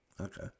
Okay